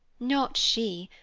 not she.